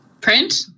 Print